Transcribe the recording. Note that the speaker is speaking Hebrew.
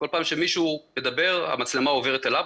וכל פעם שמישהו מדבר המצלמה עוברת אליו,